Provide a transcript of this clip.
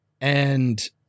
And-